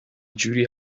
جوری